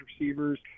receivers